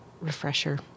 refresher